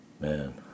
Man